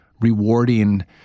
rewarding